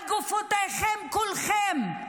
על גופותיכם כולכם,